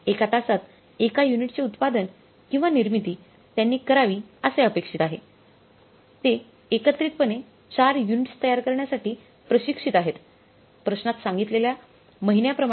एका तासात एका युनिटचे उत्पादन किंवा निर्मिती त्यांनी करावी असे अपेक्षित आहे ते एकत्रितपणे 4 युनिट्स तयार करण्यासाठी प्रशिक्षित आहेत प्रश्नात सांगितलेल्या महिन्याप्रमाणे